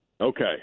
Okay